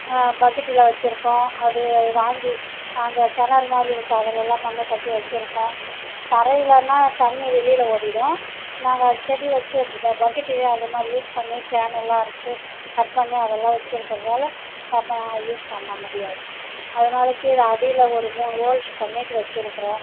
பக்கெட்டில் வெச்சிருக்கோம் அது வாங்கி அந்த கிணறு மாதிரி இருக்கும் அதிலலாம் மண் கொட்டி வெச்சிருக்கோம் தரையிலேனா தண்ணி வெளியில் ஓடிவிடும் நாங்கள் செடி வெச்சு ப ட பக்கெட்டில் அது மாதிரி யூஸ் பண்ணி கேன்னுலாம் அறுத்து கட் பண்ணி அதெலாம் வெச்சிருக்கிறதால ரொம்ப நாள் யூஸ் பண்ண முடியாது அதனால கீழே அடியில் ஒரு மூணு ஹோல்ஸ் பண்ணிட்டு வெச்சிருக்கிறோம்